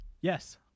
Yes